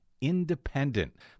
independent